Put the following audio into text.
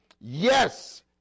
Yes